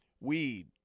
Weed